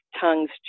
tongues